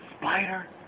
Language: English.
Spider